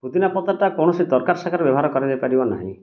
ପୁଦିନାପତ୍ରଟା କୌଣସି ତରକାରୀ ସାଙ୍ଗରେ ବ୍ୟବହାର କରାଯାଇପାରିବ ନାହିଁ